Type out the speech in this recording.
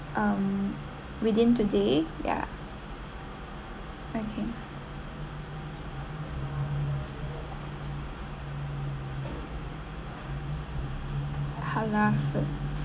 um within today ya okay halal food